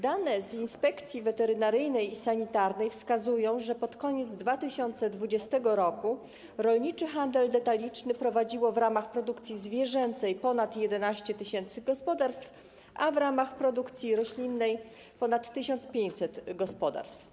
Dane z Inspekcji Weterynaryjnej i inspekcji sanitarnej wskazują, że pod koniec 2020 r. rolniczy handel detaliczny prowadziło w ramach produkcji zwierzęcej ponad 11 tys. gospodarstw, a w ramach produkcji roślinnej ponad 1500 gospodarstw.